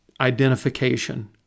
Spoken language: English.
identification